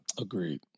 Agreed